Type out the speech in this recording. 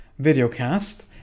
videocast